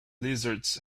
lizards